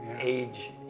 age